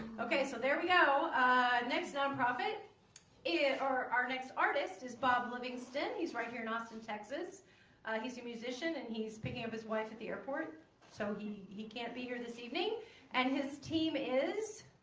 okay so there we go next nonprofit yeah or our next artist is bob livingston he's right here in austin texas he's a musician and he's picking up his wife at the airport so he he can't be here this evening and his team is